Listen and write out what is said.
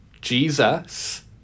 Jesus